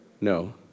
No